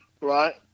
right